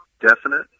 definite